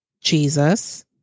Jesus